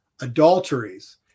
adulteries